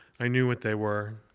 i knew what they were.